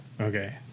Okay